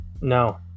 no